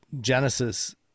Genesis